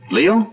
Leo